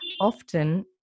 often